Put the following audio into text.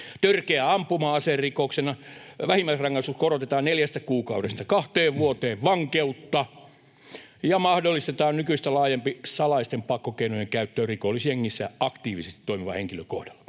Törkeän ampuma-aserikoksen vähimmäisrangaistus korotetaan neljästä kuukaudesta kahteen vuoteen vankeutta ja mahdollistetaan nykyistä laajempi salaisten pakkokeinojen käyttö rikollisjengissä aktiivisesti toimivan henkilön kohdalla.